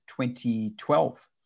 2012